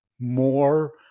more